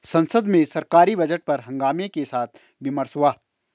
संसद में सरकारी बजट पर हंगामे के साथ विमर्श हुआ